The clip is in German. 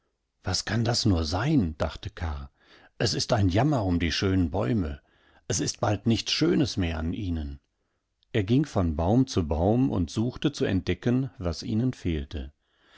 was kann das doch nur sein dachte karr es ist ein jammer um die schönen bäume es ist bald nichts schönes mehr an ihnen er ging von baum zu baum und suchte zu entdecken was ihnen fehlte